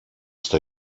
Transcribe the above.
στο